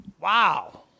Wow